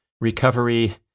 recovery